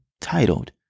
titled